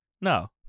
No